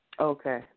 Okay